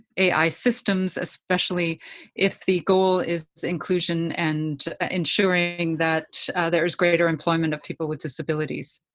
ai systems, especially if the goal is inclusion and ensuring that there is greater employment of people with disabilities.